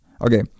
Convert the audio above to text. Okay